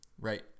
right